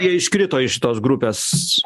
jie iškrito iš tos grupės